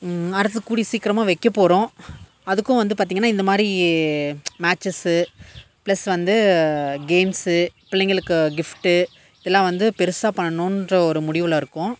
அடுத்து கூடிய சீக்கிரமாக வைக்கப் போகிறோம் அதுக்கும் வந்து பார்த்திங்கனா இந்தமாதிரி மேட்ச்சஸ்ஸு பிளஸ் வந்து கேம்ஸு பிள்ளைங்களுக்கு கிஃப்ட்டு இதெல்லாம் வந்து பெருசாக பண்ணணுன்ற ஒரு முடிவில் இருக்கோம்